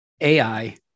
AI